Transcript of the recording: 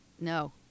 No